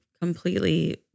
completely